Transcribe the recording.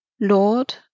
Lord